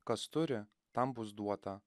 kas turi tam bus duota